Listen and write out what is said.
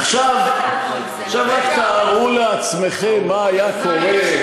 עכשיו רק תארו לעצמכם מה היה קורה,